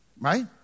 right